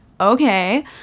okay